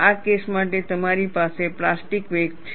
આ કેસ માટે તમારી પાસે પ્લાસ્ટિક વેક છે